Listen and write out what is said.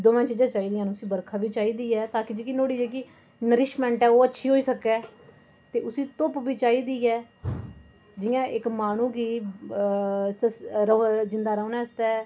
दौवें चीज़ां चाहिदियां न उसी बरखा बी चाहि्दी ऐ ताकी जेह्की नुहाड़ी जेह्की नरिश्मेंट ऐ ओह् अच्छी होई सकै ते उसी धुप्प बी चाहि्दी ऐ जि'यां इक माह्नूं गी अ जिं'दा रौह्ने आस्तै